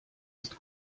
ist